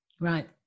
right